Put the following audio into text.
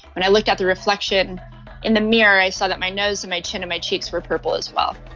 when i looked at the reflection in the mirror, i saw that my nose and my chin and my cheeks were purple as well.